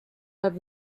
have